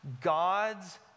God's